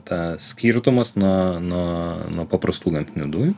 ta skirtumas nuo nuo nuo paprastų gamtinių dujų